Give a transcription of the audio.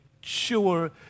sure